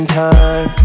time